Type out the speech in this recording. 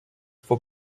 for